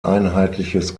einheitliches